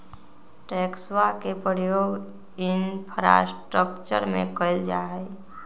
टैक्सवा के प्रयोग इंफ्रास्ट्रक्टर में कइल जाहई